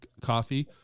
coffee